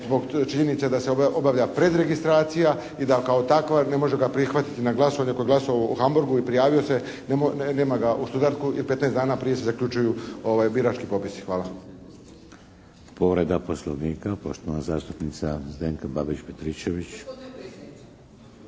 zbog činjenice da se obavlja predregistracija i da kao takva ne može ga prihvatiti na glasovanje kod glasovanja u Hamburgu i prijavio se, nema ga u Stuttgartu jer 15 dana prije se zaključuju birački popisi. Hvala.